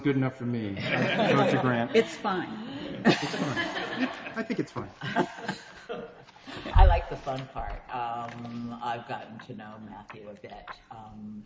good enough for me it's fine i think it's funny i like the fun part i've gotten to know